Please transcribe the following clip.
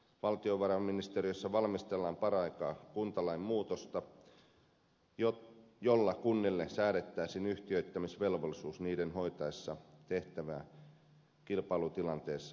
valtiovarainministeriössä valmistellaan paraikaa kuntalain muutosta jolla kunnille säädettäisiin yhtiöittämisvelvollisuus niiden hoitaessa tehtävää kilpailutilanteessa markkinoilla